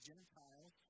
Gentiles